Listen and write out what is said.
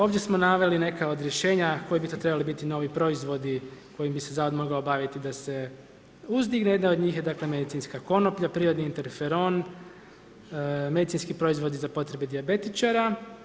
Ovdje smo naveli neka od rješenja koji bi to trebali biti novi proizvodi kojim bi se zavod mogao baviti da se uzdigne, jedna od njih je dakle medicinska konoplja, prirodni interferon, medicinski proizvodi za potrebe dijabetičara.